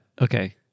Okay